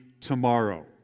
tomorrow